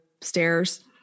stairs